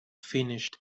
finished